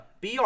BR